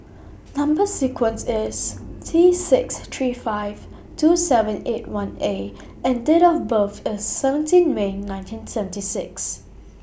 Number sequence IS T six three five two seven eight one A and Date of birth IS seventeen May nineteen seventy six